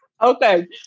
Okay